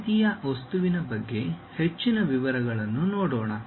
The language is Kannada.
ಸಮ್ಮಿತೀಯ ವಸ್ತುವಿನ ಬಗ್ಗೆ ಹೆಚ್ಚಿನ ವಿವರಗಳನ್ನು ನೋಡೋಣ